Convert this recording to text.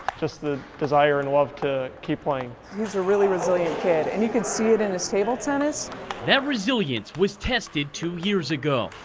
just the desire and love to keep playing. he's a really resilient kid, and you can see it in his table tennis. stephen that resilience was tested two years ago.